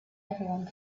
everyone